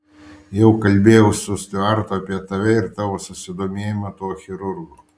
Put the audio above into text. jau kalbėjau su stiuartu apie tave ir tavo susidomėjimą tuo chirurgu